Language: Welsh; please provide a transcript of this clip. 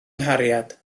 nghariad